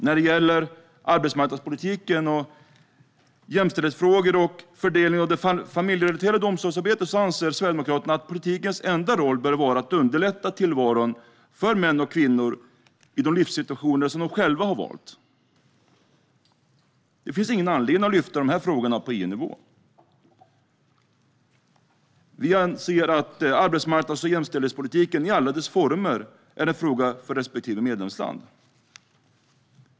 När det gäller arbetsmarknadspolitiken, jämställdhetsfrågor och fördelningen av det familjerelaterade omsorgsarbetet anser Sverigedemokraterna att politikens enda roll bör vara att underlätta tillvaron för män och kvinnor i de livssituationer som de själva har valt. Det finns ingen anledning att lyfta upp de frågorna på EU-nivå. Vi anser att arbetsmarknads och jämställdhetspolitiken i alla sina former är en fråga för respektive medlemsland.